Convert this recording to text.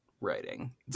writing